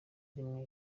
rimwe